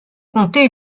compter